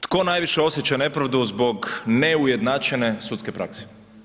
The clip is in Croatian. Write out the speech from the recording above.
Tko najviše osjeća nepravdu zbog neujednačene sudske prakse?